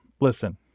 listen